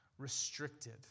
restricted